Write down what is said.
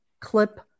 clip